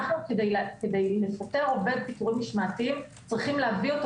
כדי לפטר עובד פיטורים משמעתיים אנחנו צריכים להביא אותו